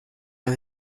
ein